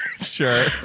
Sure